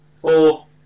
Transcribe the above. four